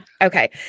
Okay